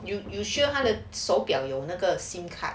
you sure 他的手表有那个 SIM card